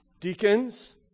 Deacons